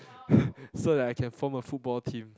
so that I can form a football team